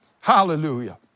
hallelujah